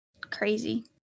crazy